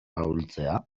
ahultzea